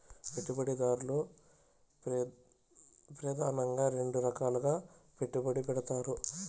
పెట్టుబడిదారులు ప్రెదానంగా రెండు రకాలుగా పెట్టుబడి పెడతారు